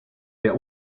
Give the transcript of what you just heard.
der